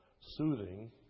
soothing